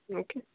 okay